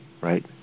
right